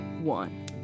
one